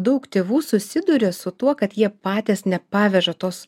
daug tėvų susiduria su tuo kad jie patys nepaveža tos